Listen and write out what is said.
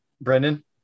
Brendan